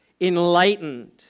enlightened